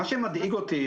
מה שמדאיג אותי,